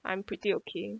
I'm pretty okay